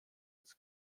des